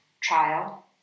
trial